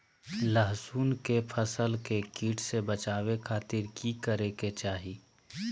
लहसुन के फसल के कीट से बचावे खातिर की करे के चाही?